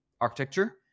architecture